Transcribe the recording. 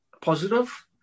positive